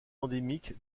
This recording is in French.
endémique